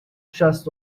شصت